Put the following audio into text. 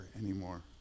anymore